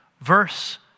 verse